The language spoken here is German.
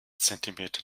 zentimeter